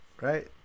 right